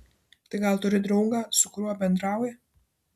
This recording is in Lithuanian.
tai gal turi draugą su kuriuo bendrauja